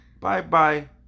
Bye-bye